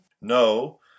No